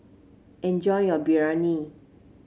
enjoy your Biryani